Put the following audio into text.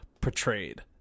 portrayed